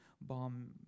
bomb